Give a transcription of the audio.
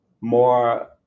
more